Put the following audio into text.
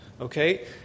okay